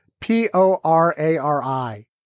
p-o-r-a-r-i